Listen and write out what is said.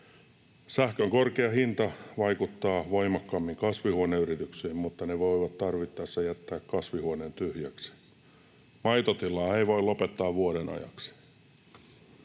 Sähkön korkea hinta vaikuttaa voimakkaimmin kasvihuoneyrityksiin, mutta ne voivat tarvittaessa jättää kasvihuoneen tyhjäksi. Maitotilaa ei voi lopettaa vuoden ajaksi.